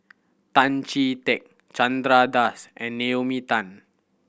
Tan Chee Teck Chandra Das and Naomi Tan